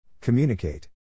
Communicate